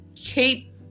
cheap